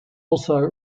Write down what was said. also